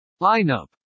Lineup